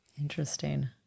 Interesting